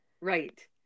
Right